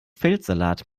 feldsalat